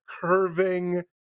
curving